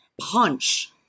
punch